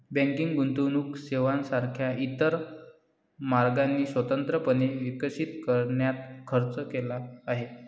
banking गुंतवणूक सेवांसारख्या इतर मार्गांनी स्वतंत्रपणे विकसित करण्यात खर्च केला आहे